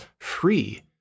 free